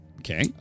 Okay